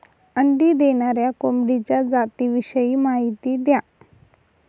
अंडी देणाऱ्या कोंबडीच्या जातिविषयी माहिती द्या